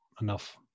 enough